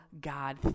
God